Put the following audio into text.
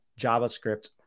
JavaScript